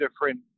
different